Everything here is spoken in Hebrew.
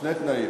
שני תנאים,